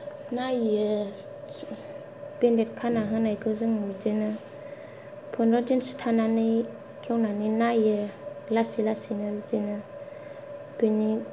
नायो बेन्देत खाना होनायखौ जों बिदिनो पन्द्र' दिनसो थानानै खेवनानै नायो लासै लासैनो बिदिनो बेनि